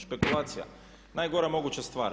Špekulacija, najgora moguća stvar.